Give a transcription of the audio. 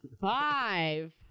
five